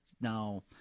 Now